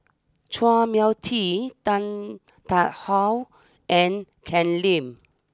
Chua Mia Tee Tan Tarn how and Ken Lim